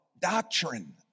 doctrine